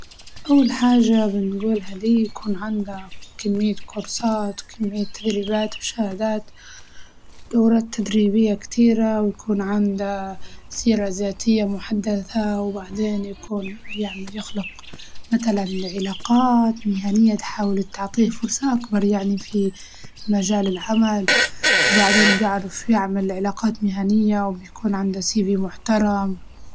أول حاجة بنقولها ليه يكون عنده كمية كورسات وكمية تدريبات وشهادات، دورات تدريبية كتيرة ويكون عنده سيرة زاتية محددة وبعدين يكون يعني يخلق متلاً علاقات مهنية تحاول تعطيه فرصة أكبر يعني في مجال العمل، وبعدين بيعرف يعمل علاقات مهنية وبيكون عندي سيرة زاتية محترم.